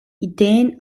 ideen